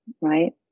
right